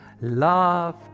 love